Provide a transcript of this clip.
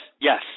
yes